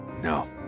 No